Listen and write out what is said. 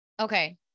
okay